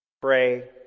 Pray